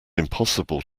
impossible